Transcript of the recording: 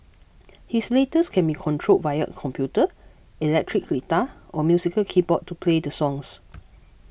his latest can be controlled via a computer electric guitar or musical keyboard to play the songs